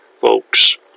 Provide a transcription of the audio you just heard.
folks